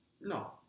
no